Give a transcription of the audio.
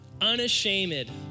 Unashamed